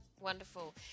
Wonderful